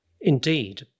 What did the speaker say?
Indeed